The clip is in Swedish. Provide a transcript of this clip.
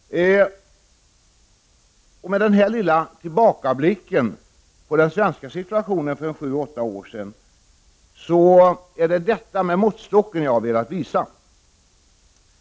Med denna lilla tillbakablick på den svenska situationen för sju åtta år sedan har jag velat visa detta.